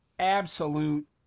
absolute